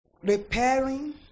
repairing